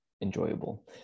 enjoyable